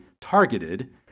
targeted